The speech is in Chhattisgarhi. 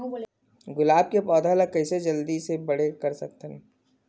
गुलाब के पौधा ल कइसे जल्दी से बड़े कर सकथन?